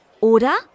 oder